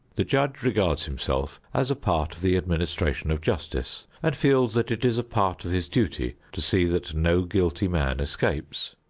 the judge regards himself as a part of the administration of justice and feels that it is a part of his duty to see that no guilty man escapes.